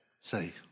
say